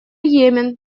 йемен